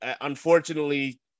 unfortunately